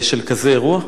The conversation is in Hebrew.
של כזה אירוע?